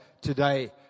today